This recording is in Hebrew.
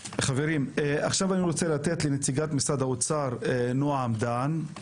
נציגת משרד האוצר, נעם דן.